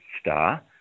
star